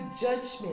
judgment